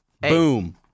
Boom